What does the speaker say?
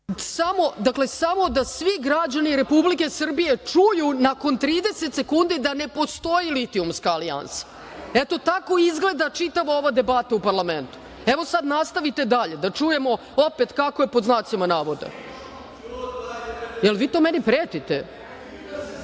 da svi građani Republike Srbije čuju nakon 30 sekundi da ne postoji litijumska alijansa. Eto, tako izgleda čitava ova debata u parlamentu. Nastavite dalje, da čujemo opet kako je pod znacima navoda.(Aleksandar